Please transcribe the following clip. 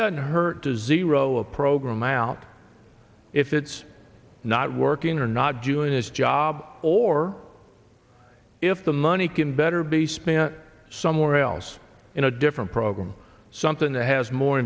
doesn't hurt to zero a program out if it's not working or not doing his job or if the money can better be spent somewhere else in a different program something that has more